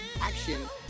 action